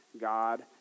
God